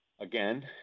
again